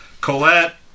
Colette